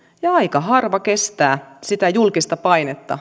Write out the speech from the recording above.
ja ja aika harva kestää sitä julkista painetta